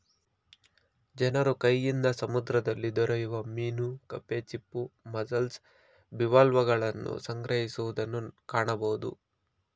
ಜನರು ಕೈಯಿಂದ ಸಮುದ್ರದಲ್ಲಿ ದೊರೆಯುವ ಮೀನು ಕಪ್ಪೆ ಚಿಪ್ಪು, ಮಸ್ಸೆಲ್ಸ್, ಬಿವಾಲ್ವಗಳನ್ನು ಸಂಗ್ರಹಿಸುವುದನ್ನು ಕಾಣಬೋದು